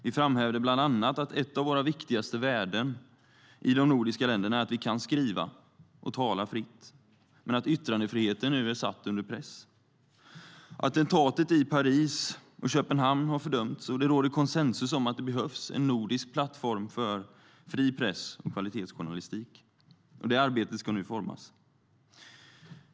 Vi framhävde bland annat att ett av våra viktigaste värden i de nordiska länderna är att vi kan skriva och tala fritt, men att yttrandefriheten nu är satt under press. Attentatet i Paris och Köpenhamn har fördömts, och det råder konsensus om att det behövs en nordisk plattform för fri press och kvalitetsjournalistik. Det arbetet ska nu utformas.